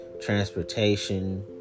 Transportation